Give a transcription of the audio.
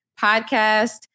podcast